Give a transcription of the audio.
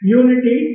unity